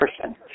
person